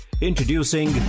Introducing